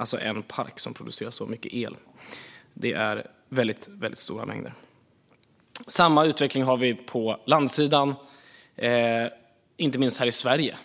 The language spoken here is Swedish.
är alltså en park som producerar så mycket el. Det är mycket stora mängder. Samma utveckling har vi på landsidan, inte minst här i Sverige.